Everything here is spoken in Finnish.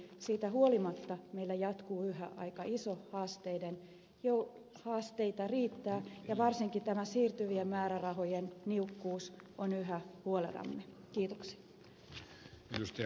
siitä huolimatta vielä jatkuu yhä aika iso asteiden jo haasteita riittää ja varsinkin tämä siirtyvien määrärahojen niukkuus on yhä huolenamme